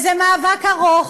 זה מאבק ארוך,